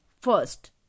first